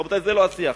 רבותי, זה לא השיח.